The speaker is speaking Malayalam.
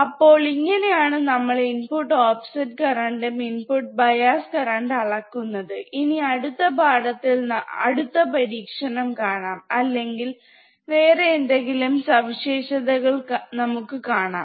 അപ്പോൾ ഇങ്ങനെയാണ് നമ്മൾ ഇൻപുട്ട് ഓഫ്സെറ്റ് കറണ്ടും ഇൻപുട്ട് ബയാസ് കരണ്ട് അളക്കുന്നത് ഇനി അടുത്ത പാഠത്തിൽ അടുത്ത പരീക്ഷണം കാണാം അല്ലെങ്കിൽ വേറെ എന്തെങ്കിലും സവിശേഷതകൾ നമുക്ക് കാണാം